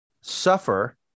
suffer